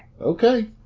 Okay